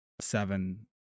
Seven